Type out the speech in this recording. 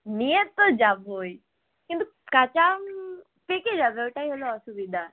নিয়ে তো যাবই কিন্তু কাঁচা আম পেকে যাবে ওটাই হল অসুবিধা